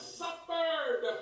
suffered